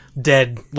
Dead